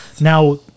now